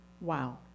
Wow